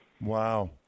Wow